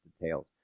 details